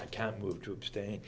i can't move to abstain